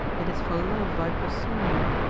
it is for love i pursue you.